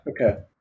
okay